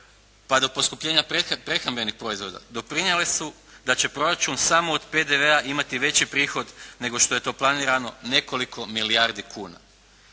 pa do poskupljenja prehrambenih proizvoda doprinijele su da će proračun samo od PDV-a imati veći prihod nego što je to planirano nekoliko milijardi kuna.